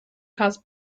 cause